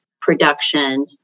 production